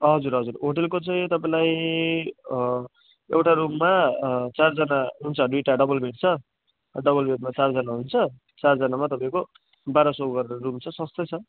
हजुर हजुर होटलको चाहिँ तपाईँलाई एउटा रुममा चारजना हुन्छ दुईवटा डबल बेड छ डबल बेडमा चारजना हुन्छ चारजनामा तपाईँको बाह्र सौ गरेर रुम छ सस्तै छ